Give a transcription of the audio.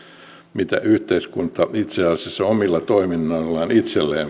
mitä yhteiskunta itse asiassa omilla toiminnoillaan itselleen